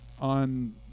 on